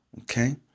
okay